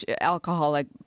alcoholic